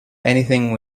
anything